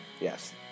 Yes